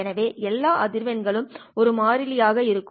எனவே எல்லா அதிர்வெண்களும் ஒரு மாறிலி ஆக இருக்கும்